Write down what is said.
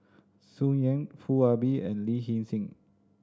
Tsung Yeh Foo Ah Bee and Lin Hsin Hsin